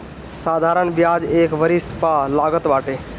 साधारण बियाज एक वरिश पअ लागत बाटे